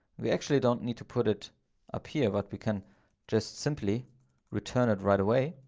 we actually don't need to put it up here. but we can just simply return it right away,